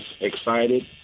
excited